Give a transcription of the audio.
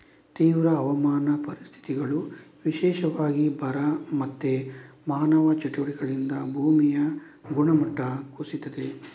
ತೀವ್ರ ಹವಾಮಾನ ಪರಿಸ್ಥಿತಿಗಳು, ವಿಶೇಷವಾಗಿ ಬರ ಮತ್ತೆ ಮಾನವ ಚಟುವಟಿಕೆಗಳಿಂದ ಭೂಮಿಯ ಗುಣಮಟ್ಟ ಕುಸೀತದೆ